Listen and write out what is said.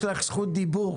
אבל יש לך זכות דיבור,